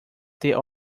ter